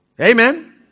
Amen